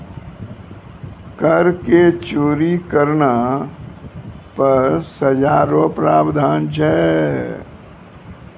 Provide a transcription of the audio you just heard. कर के चोरी करना पर सजा रो प्रावधान छै